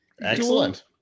Excellent